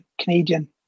Canadian